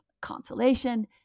consolation